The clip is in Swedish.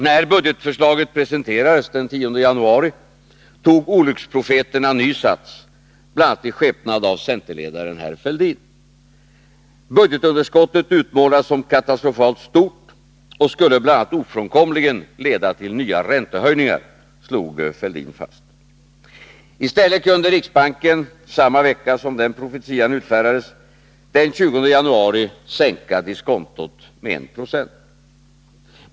När budgetförslaget presenterades den 10 januari tog olycksprofeterna ny sats, bl.a. i skepnad av centerledaren herr Fälldin. Budgetunderskottet utmålades som katastrofalt stort. Det skulle bl.a. ofrånkomligen leda till nya räntehöjningar, slog Fälldin fast. I stället kunde riksbanken samma vecka som den profetian utfärdades, den 20 januari, sänka diskontot med 1 96.